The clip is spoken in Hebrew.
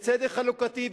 לצדק חלוקתי,